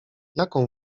jaką